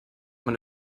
man